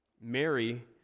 Mary